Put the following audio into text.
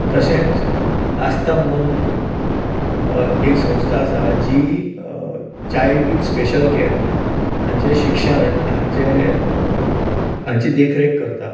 तशेंच आस्था म्हणून एक संस्था आसा जी चायल्ड विथ स्पेशल केयर हांचें शिक्षण हांची देखरेख करता